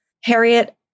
Harriet